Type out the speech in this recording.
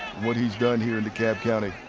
what he's done here in de kalb county.